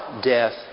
death